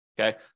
Okay